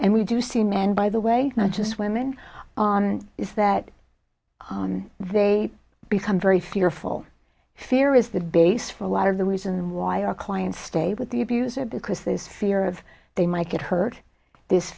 and we do see men by the way not just women on is that they become very fearful fear is the basis for a lot of the reason why our clients stay with the abuser because there's fear of they might get hurt this